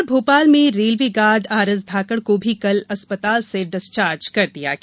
इधर भोपाल में railway guard RS Dhakad को भी कल अस्पताल से डिस्चार्ज कर दिया गया